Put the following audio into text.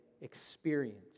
experience